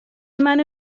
منو